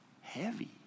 heavy